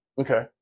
Okay